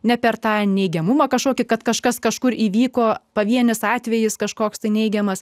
ne per tą neigiamumą kažkokį kad kažkas kažkur įvyko pavienis atvejis kažkoks neigiamas